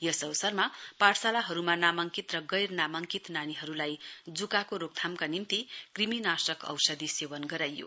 यस अवसरमा पाठशालामा नामाङ्कित र गैर नामाङ्कित नानीहरूलाई ज्काको रोकथामका निम्ति कृमि नासक औषधी सेवन गराइयो